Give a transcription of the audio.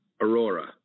Aurora